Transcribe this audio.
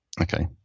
Okay